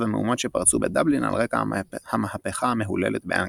המהומות שפרצו בדבלין על רקע המהפכה המהוללת באנגליה.